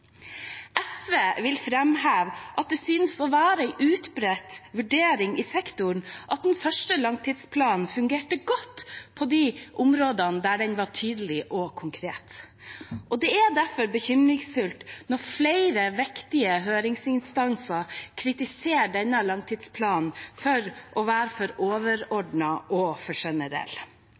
SV vil framheve at det synes å være en utbredt vurdering i sektoren at den første langtidsplanen fungerte godt på de områdene der den var tydelig og konkret. Det er derfor bekymringsfullt når flere viktige høringsinstanser kritiserer denne langtidsplanen for å være for overordnet og generell. Vi er avhengige av at innsatsen for